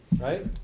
right